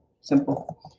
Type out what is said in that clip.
Simple